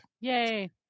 Yay